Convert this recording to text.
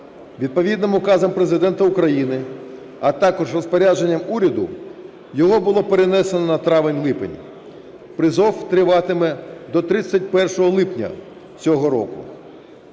Відповідним Указом Президента України, а також Розпорядженням уряду, його було перенесено на травень-липень. Призов триватиме до 31 липня цього року.